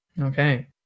okay